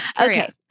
Okay